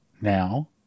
Now